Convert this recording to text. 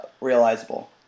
realizable